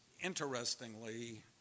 Interestingly